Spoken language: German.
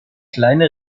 kleine